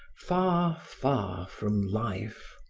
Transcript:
far, far from life.